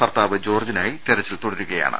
ഭർത്താവ് ജോർജ്ജിനായി തെരച്ചിൽ തുടരുകയാണ്